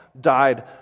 died